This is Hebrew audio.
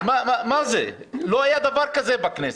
לא היה דבר כזה בכנסת.